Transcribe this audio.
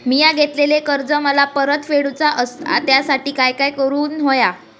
मिया घेतलेले कर्ज मला परत फेडूचा असा त्यासाठी काय काय करून होया?